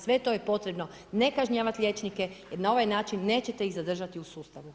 Sve to je potrebno, ne kažnjavat liječnike jer na ovaj način nećete ih zadržati u sustavu.